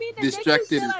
distracted